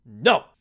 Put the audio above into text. no